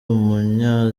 umunya